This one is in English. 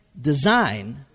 design